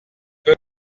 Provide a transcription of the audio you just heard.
peut